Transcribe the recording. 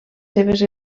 seves